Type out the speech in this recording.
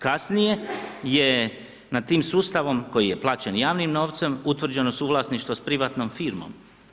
Kasnije je nad tim sustavom koji je plaćen javnim novcem, utvrđeno suvlasništvo s privatnom firmom.